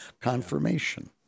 Confirmation